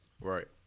Right